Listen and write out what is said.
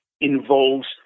involves